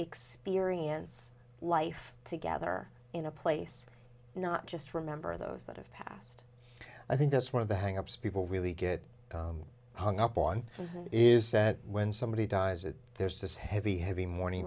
experience life together in a place not just remember those that have passed i think that's one of the hang ups people really get hung up on is that when somebody dies it there's this heavy heavy morning